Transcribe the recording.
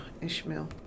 Ishmael